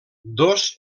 dos